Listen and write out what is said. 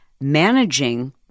managing